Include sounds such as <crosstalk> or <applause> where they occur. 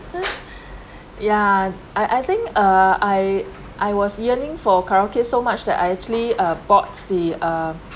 <laughs> yeah I I think uh I I was yearning for karaoke so much that I actually uh bought the uh